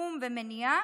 שיקום ומניעה,